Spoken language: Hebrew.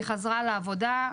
היא חזרה לעבודה,